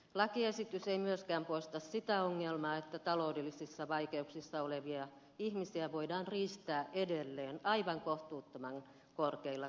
lakiesitys ei myöskään poista sitä ongelmaa että taloudellisissa vaikeuksissa olevia ihmisiä voidaan riistää edelleen aivan kohtuuttoman korkeilla koroilla